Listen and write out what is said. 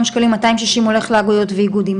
שקלים מאתיים שישים הולך לאגודות ואיגודים.